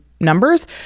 numbers